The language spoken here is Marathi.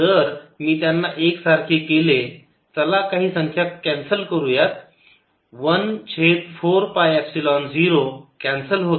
जर मी त्यांना एक सारखे केले चला काही संख्या कॅन्सल करूयात 1 छेद 4 पाय एपसिलोन झिरो कॅन्सल होते